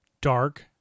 Dark